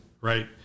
right